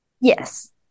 Yes